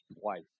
twice